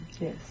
Yes